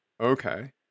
okay